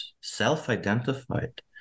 self-identified